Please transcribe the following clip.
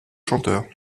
chanteur